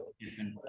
different